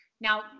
Now